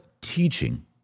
teaching